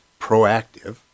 proactive